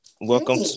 welcome